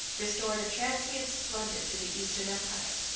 restored a transient splendor to the eastern empire.